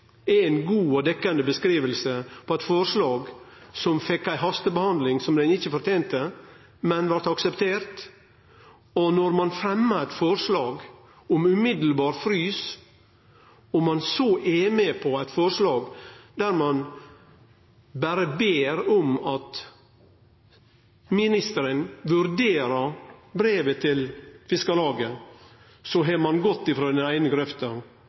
forslag som fekk ei hastebehandling som det ikkje fortente, men som blei akseptert. Når ein fremjar eit forslag om «umiddelbar frys», og ein så er med på eit forslag der ein berre ber om at ministeren vurderer brevet frå Fiskarlaget, så har ein gått frå den eine grøfta